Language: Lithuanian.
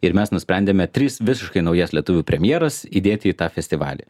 ir mes nusprendėme tris visiškai naujas lietuvių premjeras įdėti į tą festivalį